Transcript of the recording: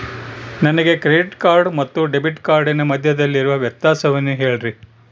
ನನಗೆ credit card ಮತ್ತು debit ಕಾರ್ಡಿನ ಮಧ್ಯದಲ್ಲಿರುವ ವ್ಯತ್ಯಾಸವನ್ನು ಹೇಳ್ರಿ?